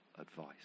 advice